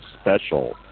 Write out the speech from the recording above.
special